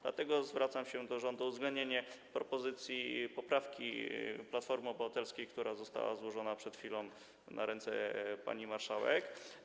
Dlatego zwracam się do rządu o uwzględnienie propozycji poprawki Platformy Obywatelskiej, która została złożona przed chwilą na ręce pani marszałek.